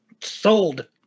Sold